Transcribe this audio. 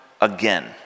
again